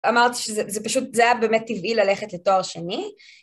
אמרתי שזה היה באמת טבעי ללכת לתואר שני.